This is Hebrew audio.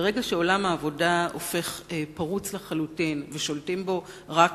ברגע שעולם העבודה הופך פרוץ לחלוטין ושולטים בו רק